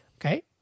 Okay